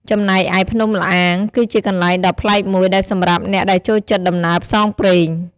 ចំណែកឯ ភ្នំល្អាង គឺជាកន្លែងដ៏ប្លែកមួយដែលសម្រាប់អ្នកដែលចូលចិត្តដំណើរផ្សងព្រេង។